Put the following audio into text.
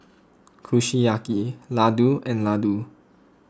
Kushiyaki Ladoo and Ladoo